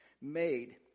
made